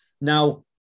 Now